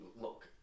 look